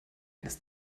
eines